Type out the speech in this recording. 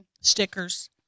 stickers